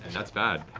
that's bad.